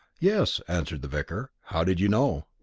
yes, answered the vicar. how did you know?